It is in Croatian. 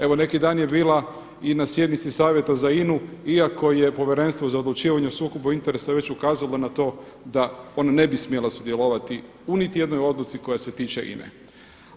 Evo neki dan je bila i na sjednici Savjeta za INA-u iako je Povjerenstvo za odlučivanje o sukobu interesa već ukazalo na to da ona ne bi smjela sudjelovati u niti jednoj odluci koja se tiče INA-e.